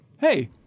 Hey